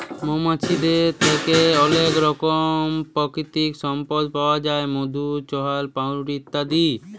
মমাছিদের থ্যাকে অলেক রকমের পাকিতিক সম্পদ পাউয়া যায় মধু, চাল্লাহ, পাউরুটি ইত্যাদি